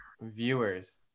viewers